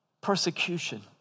persecution